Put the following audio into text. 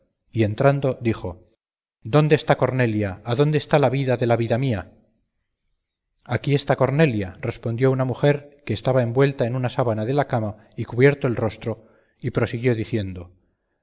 y entrando dijo dónde está cornelia adónde está la vida de la vida mía aquí está cornelia respondió una mujer que estaba envuelta en una sábana de la cama y cubierto el rostro y prosiguió diciendo